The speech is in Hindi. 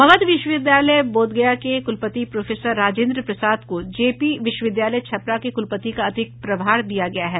मगध विश्वविद्यालय बोध गया के कुलपति प्रोफेसर राजेन्द्र प्रसाद को जे पी विश्वविद्यालय छपरा के कुलपति का अतिरिक्त प्रभार दिया गया है